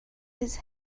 his